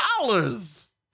dollars